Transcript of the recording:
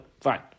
Fine